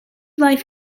life